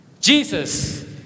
Jesus